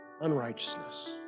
unrighteousness